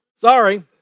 Sorry